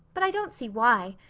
but i don't see why.